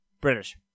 British